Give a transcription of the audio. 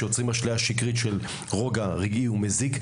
שיוצרים אשליה שקרית של רוגע רגעי ומזיק.